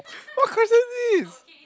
what question is this